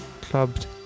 clubbed